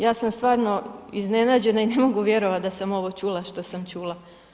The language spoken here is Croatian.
Ja sam stvarno iznenađena i ne mogu vjerovati da sam ovo čula što sam čula.